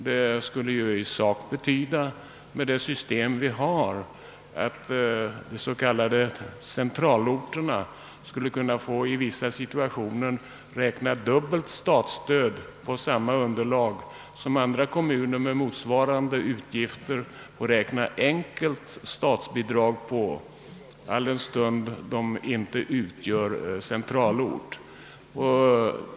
Med nuvarande system för skatteutjämningsbidragen skulle motionens yrkande i sak betyda att de s.k. centralorterna i vissa situationer skulle kunna räkna dubbelt statsstöd på samma skatteunderlag som andra kommuner med motsvarande utgifter får räkna enkelt statsbidrag på, alldenstund de inte utgör centralorter.